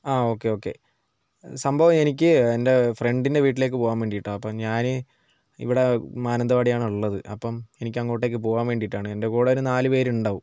ആഹ് okay okay സംഭവം എനിക്ക് എൻ്റെ ഫ്രണ്ടിൻ്റെ വീട്ടിലേയ്ക്ക് പോകാൻ വേണ്ടിട്ടാണ് അപ്പോൾ ഞാൻ ഇവിടെ മാനന്തവാടിയാണുള്ളത് അപ്പം എനിക്ക് അങ്ങോട്ടേയ്ക്ക് പോകാൻ വേണ്ടിയിട്ടാണ് എൻ്റെ കൂടെയൊരു നാലുപേര് ഉണ്ടാകും